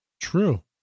True